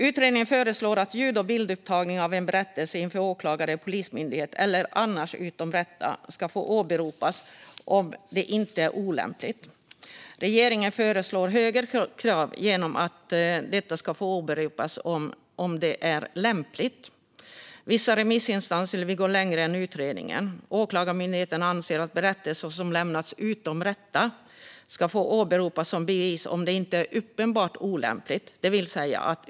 Utredningen föreslår att ljud och bildupptagning av en berättelse inför åklagare eller polismyndighet eller annars utom rätta ska få åberopas om det inte är olämpligt. Regeringen föreslår högre krav genom att detta ska få åberopas om det är lämpligt. Vissa remissinstanser vill gå längre än utredningen. Åklagarmyndigheten anser att berättelser som lämnats utom rätta ska få åberopas som bevis om det inte är uppenbart olämpligt.